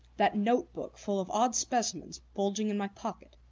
that notebook full of odd specimens bulging in my pocket.